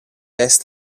est